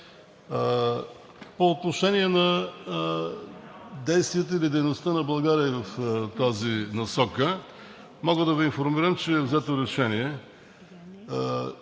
По отношение на действията или дейността на България в тази насока. Мога да Ви информирам, че е взето решение